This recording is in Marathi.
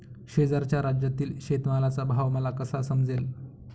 शेजारच्या राज्यातील शेतमालाचा भाव मला कसा समजेल?